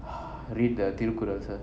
read the Thirukkural sir